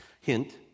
Hint